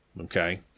Okay